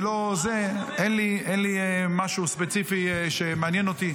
אין לי משהו ספציפי שמעניין אותי.